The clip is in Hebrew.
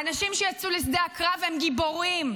האנשים שיצאו לשדה הקרב הם גיבורים,